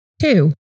Two